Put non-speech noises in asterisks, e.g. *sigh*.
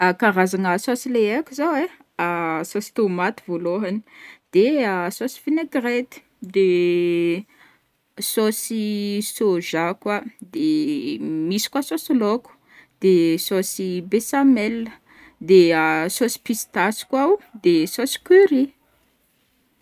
*hesitation* karazagna saosy leha haiko zao ai: *hesitation* saosy tomaty voalohany, de *hesitation* saosy vinaigrette, de *hesitation* saosy soja koa, de *hesitation* misy koa saosy laoko, de saosy besamel, de *hesitation* saosy pistasy koa o, de saosy curry.